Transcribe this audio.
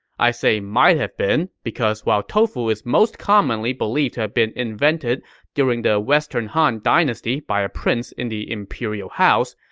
i say might have been because while tofu is most commonly believed to have been invented during the western han dynasty by a prince in the imperial house,